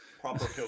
Proper